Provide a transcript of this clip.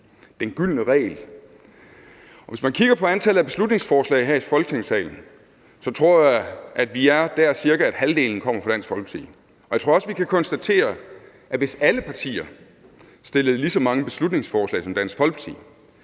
en gylden regel. Hvis man kigger på antallet af beslutningsforslag her i Folketingssalen, tror jeg, at vi er der, hvor cirka halvdelen kommer fra Dansk Folkeparti. Jeg tror også, vi kan konstatere, at hvis alle partier fremsatte lige så mange beslutningsforslag som Dansk Folkeparti,